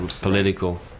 political